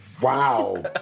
Wow